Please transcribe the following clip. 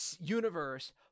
universe